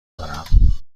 دارم